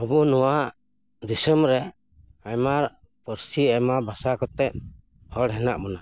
ᱟᱵᱚ ᱱᱚᱣᱟ ᱫᱤᱥᱚᱢ ᱨᱮ ᱟᱭᱢᱟ ᱟᱭᱢᱟ ᱯᱟᱹᱨᱥᱤ ᱟᱭᱢᱟ ᱵᱷᱟᱥᱟ ᱠᱟᱛᱮᱫ ᱦᱚᱲ ᱦᱮᱱᱟᱜ ᱵᱚᱱᱟ